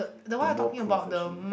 the more professional